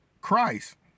Christ